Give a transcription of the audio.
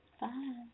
Bye